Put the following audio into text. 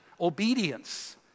obedience